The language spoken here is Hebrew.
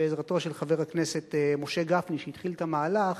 בעזרתו של חבר הכנסת משה גפני, שהתחיל את המהלך.